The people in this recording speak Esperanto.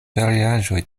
variaĵoj